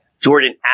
Jordan